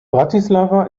bratislava